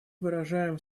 выражаем